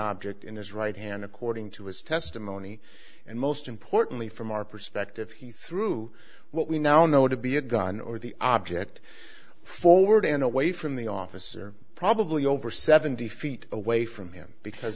object in his right hand according to his testimony and most importantly from our perspective he threw what we now know to be a gun or the object forward and away from the officer probably over seventy feet away from him because